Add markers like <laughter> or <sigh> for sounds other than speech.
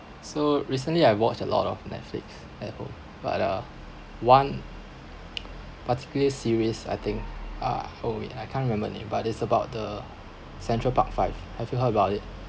so recently I watch a lot of Netflix at home but uh one <noise> particularly series I think ah hold it I can't remember name but it's about the central park five have you heard about it